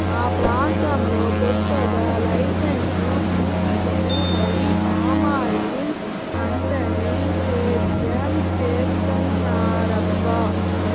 మా ప్రాంతంలో కొత్తగా లైసెన్సు తీసుకొని మరీ పామాయిల్ పంటని సేద్యం చేత్తన్నారబ్బా